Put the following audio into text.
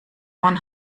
one